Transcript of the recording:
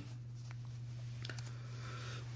ନାଇଡ଼ ନାମ